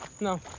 No